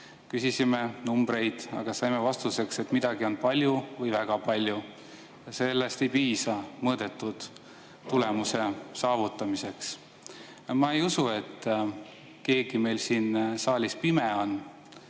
küsisime numbreid, aga saime vastuseks, et midagi on palju või väga palju. Sellest ei piisa mõõdetud tulemuse saavutamiseks. Ma ei usu, et keegi meil siin saalis pime on,